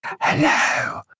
hello